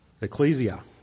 Ecclesia